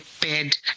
bed